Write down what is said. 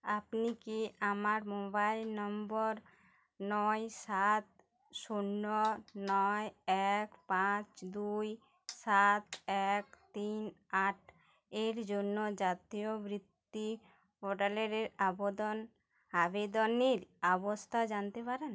আপনি কি আমার মোবাইল নম্বর নয় সাত শূন্য নয় এক পাঁচ দুই সাত এক তিন আট এর জন্য জাতীয় বৃত্তি পোর্টালের আবদন আবেদনের অবস্থা জানতে পারেন